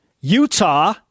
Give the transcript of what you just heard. Utah